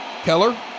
Keller